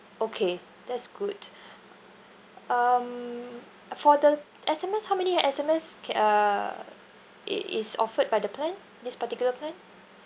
okay that's good um for the S_M_S how many S_M_S ca~ uh i~ is offered by the plan this particular plan